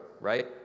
right